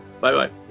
bye-bye